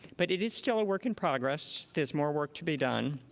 but it is still a work in progress. there's more work to be done.